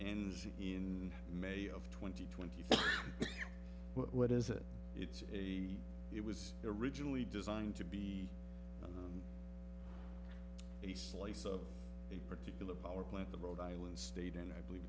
it in may of twenty twenty five but what is it it's a it was originally designed to be a slice of a particular power plant the rhode island state and i believe